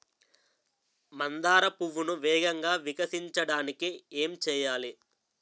మందార పువ్వును వేగంగా వికసించడానికి ఏం చేయాలి?